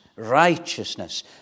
righteousness